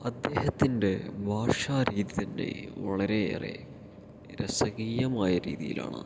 അദ്ദേഹത്തിൻ്റെ ഭാഷാരീതി തന്നെ വളരെയേറെ രസകീയമായ രീതിയിലാണ്